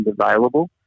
available